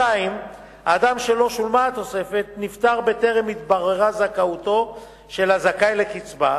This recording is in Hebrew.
2. האדם שלו שולמה התוספת נפטר בטרם התבררה זכאותו של הזכאי לקצבה.